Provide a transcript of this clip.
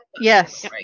yes